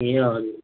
ए हजुर